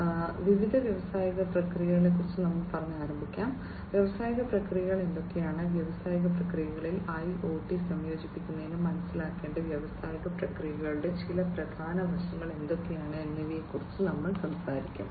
ആരംഭിക്കുന്നതിന് വിവിധ വ്യാവസായിക പ്രക്രിയകൾ വ്യാവസായിക പ്രക്രിയകൾ എന്തൊക്കെയാണ് വ്യാവസായിക പ്രക്രിയകളിൽ IoT സംയോജിപ്പിക്കുന്നതിന് മനസ്സിലാക്കേണ്ട വ്യാവസായിക പ്രക്രിയകളുടെ ചില പ്രധാന വശങ്ങൾ എന്തൊക്കെയാണ് എന്നിവയെക്കുറിച്ച് ഞങ്ങൾ സംസാരിക്കും